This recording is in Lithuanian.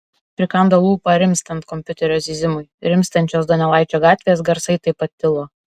prikando lūpą rimstant kompiuterio zyzimui rimstančios donelaičio gatvės garsai taip pat tilo